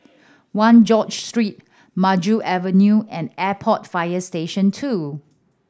One George Street Maju Avenue and Airport Fire Station Two